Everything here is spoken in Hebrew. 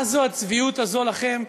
מה הצביעות הזאת לכם,